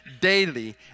daily